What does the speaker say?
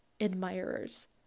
admirers